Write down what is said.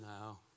now